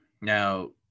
Now